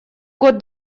год